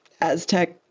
Aztec